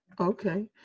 Okay